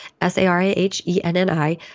s-a-r-a-h-e-n-n-i